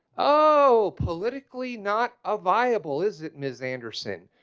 oh politically not a viable is it miss anderson.